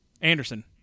Anderson